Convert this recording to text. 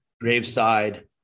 graveside